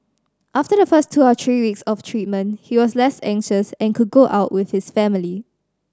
after the first two or three weeks of treatment he was less anxious and could go out with his family